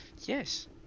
Yes